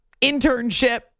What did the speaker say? internship